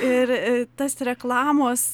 ir tas reklamos